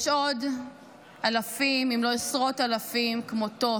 יש עוד אלפים אם לא עשרות אלפים כמותו,